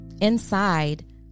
Inside